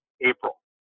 April